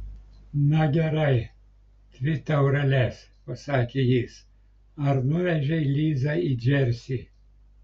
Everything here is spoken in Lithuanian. na gerai dvi taureles pasakė jis ar nuvežei lizą į džersį